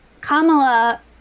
Kamala